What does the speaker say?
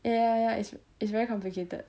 ya ya ya it's it's very complicated